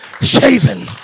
shaven